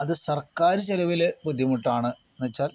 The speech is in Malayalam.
അത് സർക്കാര് ചിലവിൽ ബുദ്ധിമുട്ടാണ് എന്നു വെച്ചാൽ